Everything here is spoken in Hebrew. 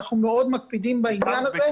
אנחנו מאוד מקפידים בעניין הזה.